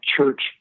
church